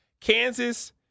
Kansas